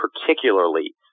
particularly